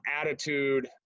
attitude